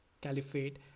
caliphate